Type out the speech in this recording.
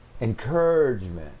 encouragement